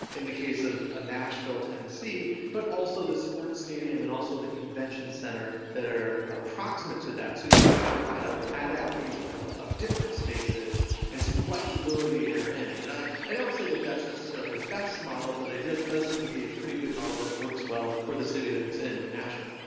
in the case of ah nashville tennessee, but also the sports stadium and also the convention centre that are approximate to that. so you'd have a kind of adaptation of of different spaces and some flexibility therein. and i i don't say that that's necessarily the best model but it does seem to be a pretty good model that works well for the city that it's in, and nashville.